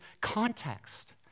context